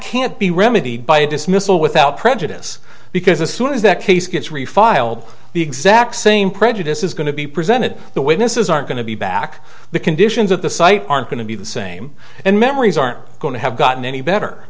can't be remedied by a dismissal without prejudice because as soon as that case gets refiled the exact same prejudice is going to be presented the witnesses aren't going to be back the conditions of the site aren't going to be the same and memories aren't going to have gotten any better